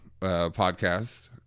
podcast